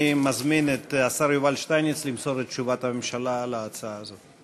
אני מזמין את השר יובל שטייניץ למסור את תשובת הממשלה על ההצעה הזאת,